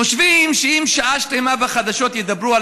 חושבים שאם שעה שלמה בחדשות ידברו על